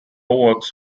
works